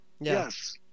Yes